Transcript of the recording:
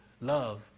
love